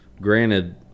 Granted